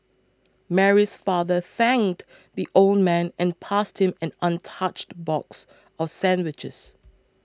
Mary's father thanked the old man and passed him an untouched box of sandwiches